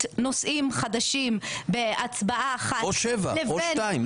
נושאים חדשים בהצבעה אחת --- או שבע או שתיים,